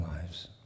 lives